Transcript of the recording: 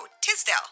Tisdale